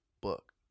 book